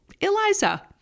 Eliza